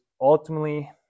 ultimately